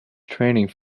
training